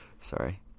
sorry